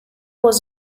was